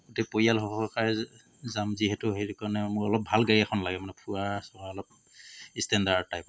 গোটেই পৰিয়াল সহকাৰে যাম যিহেতু হেৰি কাৰণেও মোক অলপ ভাল গাড়ী এখন লাগে মানে ফুৰা চকা অলপ ষ্টেণ্ডাৰ্ড টাইপত